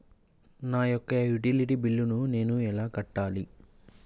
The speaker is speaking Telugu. నా యొక్క యుటిలిటీ బిల్లు నేను ఎలా కట్టాలి?